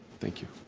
thank you.